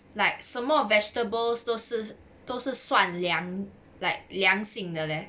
like 什么 vegetables 都是都是算凉 like 凉性的 leh